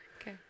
Okay